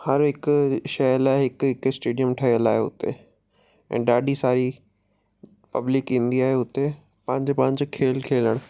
हर हिक शइ लाइ हिकु हिकु स्टेडियम ठहियल आहे उते ऐं ॾाढी सारी पब्लिक ईंदी आहे उते पंहिंजो पंहिंजो खेल खेलणु